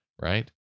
right